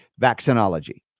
vaccinology